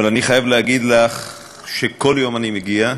אבל אני חייב להגיד לך שכל יום אני מגיע,